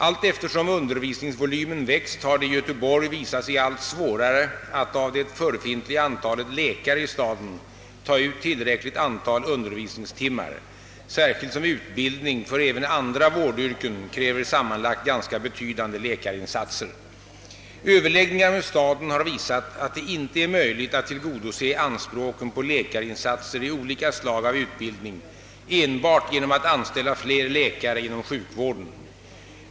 Allteftersom <:undervisningsvolymen växt har det i Göteborg visat sig allt svårare att av det förefintliga antalet läkare i staden ta ut tillräckligt antal undervisningstimmar, särskilt som utbildning för även andra vårdyrken kräver sammanlagt ganska betydande läkarinsatser. Överläggningar med staden har visat att det inte är möjligt att tillgodose anspråken på läkarinsatser i olika slag av utbildning enbart genom att anställa fler läkare inom sjukvården.